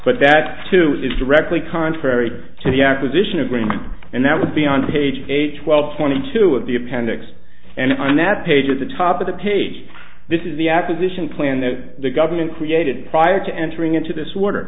but that too is directly contrary to the acquisition agreement and that would be on page eight twelve twenty two of the appendix and on that page at the top of the page this is the acquisition plan that the government created prior to entering into this water